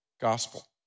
gospel